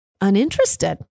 uninterested